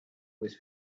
was